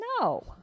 no